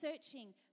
searching